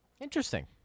Interesting